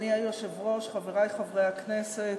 אדוני היושב-ראש, חברי חברי הכנסת,